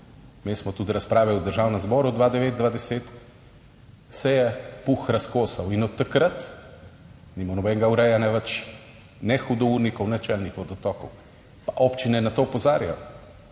smo tudi razprave v Državnem zboru 2009/2010, se je Puh razkosal in od takrat nima nobenega urejanja več ne hudournikov ne čelnih vodotokov. Pa občine na to opozarjajo,